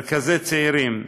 מרכזי צעירים,